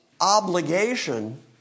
obligation